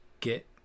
get